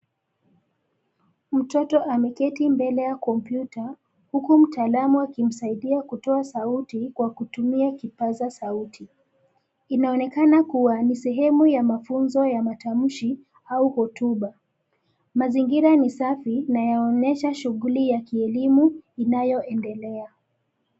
Mtoto ameketi mbele ya kompyuta, huku mtaalamu akimsaidia kutoa sauti kwa kutumia kipazasauti, inaonekana kuwa ni sehemu ya mafunzo ya matamshi, au hotuba, mazingira ni safi na yaonyesha mazingira ya kielimu, inayoendelea.